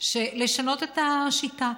לשנות את השיטה: